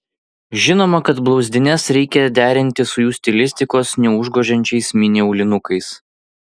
žinoma kad blauzdines reikia derinti su jų stilistikos neužgožiančiais mini aulinukais